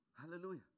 Hallelujah